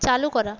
চালু করা